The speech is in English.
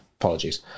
Apologies